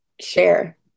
share